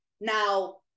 Now